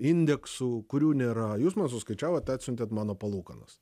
indeksų kurių nėra jūs man suskaičiavot atsiuntėt mano palūkanas